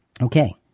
Okay